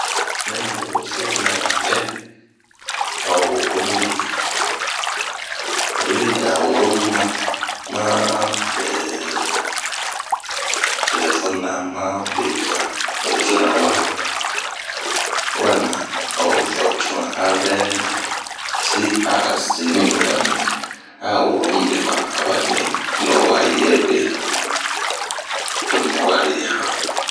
benɛ yi mi ose ma yɛɛh a o woromu be, oyi da woromu ma mah ehh telefonira ma bebian. rezora wa waria a vɛ ho cunu avɛ besi a zeni ma ba ni a oworomu be ma hanba to nu ma yɛhan.